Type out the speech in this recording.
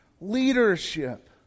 leadership